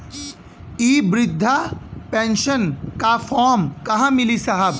इ बृधा पेनसन का फर्म कहाँ मिली साहब?